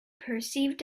perceived